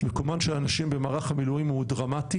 מקומן של הנשים מערך המילואים הוא דרמטי